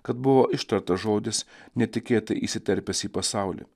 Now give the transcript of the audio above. kad buvo ištartas žodis netikėtai įsiterpęs į pasaulį